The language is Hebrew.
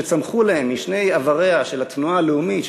שצמחו להם משני עבריה של התנועה הלאומית,